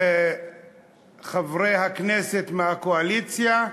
וחברי הכנסת מהקואליציה,